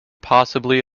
possibly